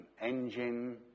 engine